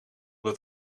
dat